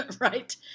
right